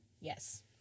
Yes